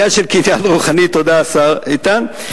תודה, השר איתן.